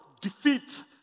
defeat